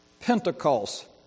Pentecost